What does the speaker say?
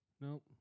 Nope